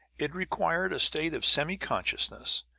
it required a state of semi-consciousness,